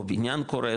או בניין קורס,